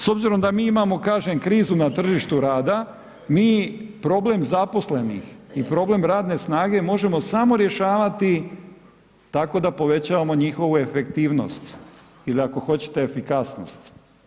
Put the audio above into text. S obzirom da mi imamo kažem krizu na tržištu rada, mi problem zaposlenih i problem radne snage možemo samo rješavati tako da povećavamo njihovu efektivnost ili ako hoćete efikasnost.